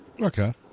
Okay